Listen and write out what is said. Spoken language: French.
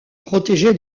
protégé